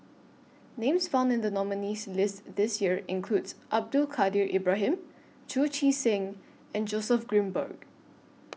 Names found in The nominees' list This Year include Abdul Kadir Ibrahim Chu Chee Seng and Joseph Grimberg